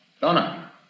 Donna